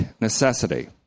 necessity